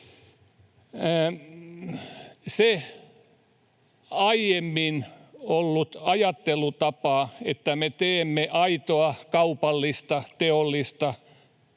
Se aiemmin ollut ajattelutapa, että me teemme aitoa kaupallista, teollista,